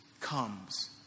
comes